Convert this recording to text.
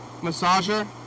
massager